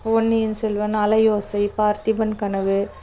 பொன்னியின் செல்வன் அலையோசை பார்த்திபன் கனவு